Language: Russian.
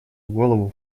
голову